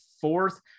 fourth